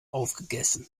aufgegessen